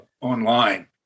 online